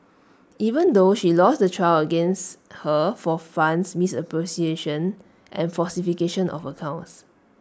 even though she lost the trial against her for funds misappropriation and falsification of accounts